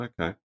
okay